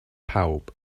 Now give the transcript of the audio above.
bawb